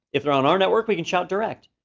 if they're on our network we can shout direct.